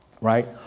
Right